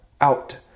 out